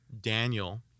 Daniel